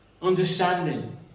understanding